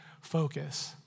focus